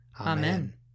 Amen